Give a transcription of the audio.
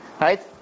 right